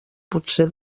potser